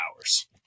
hours